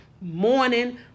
morning